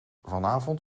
vanavond